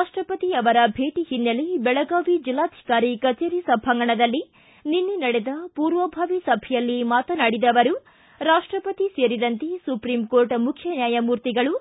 ರಾಷ್ಷಪತಿ ಅವರ ಭೇಟಿ ಹಿನ್ನೆಲೆ ಬೆಳಗಾವಿ ಜಿಲ್ಲಾಧಿಕಾರಿ ಕಚೇರಿ ಸಭಾಂಗಣದಲ್ಲಿ ನಿನ್ನೆ ನಡೆದ ಪೂರ್ವಭಾವಿ ಸಭೆಯಲ್ಲಿ ಮಾತನಾಡಿದ ಅವರು ರಾಷ್ಟಪತಿ ಸೇರಿದಂತೆ ಸುಪ್ರೀಂ ಕೋರ್ಟ ಮುಖ್ಯ ನ್ನಾಯಮೂರ್ತಿಗಳು